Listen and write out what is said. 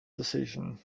decision